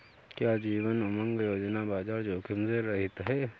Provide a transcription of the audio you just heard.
क्या जीवन उमंग योजना बाजार जोखिम से रहित है?